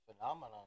phenomenon